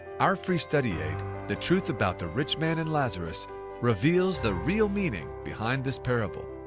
our free study aid the truth about the rich man and lazarus reveals the real meaning behind this parable.